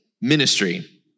ministry